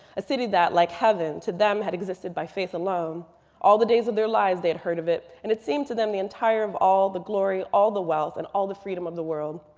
a city that like heaven to them had existed by faith alone all the days of their lives they had heard of it. and it seemed to them the entire of all the glory, all the wealth, and all the freedom of the world.